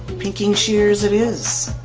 pinking shears it is!